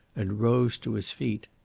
and rose to his feet.